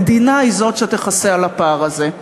המדינה היא שתכסה את הפער הזה.